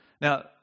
Now